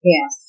Yes